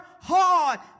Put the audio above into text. hard